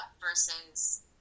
versus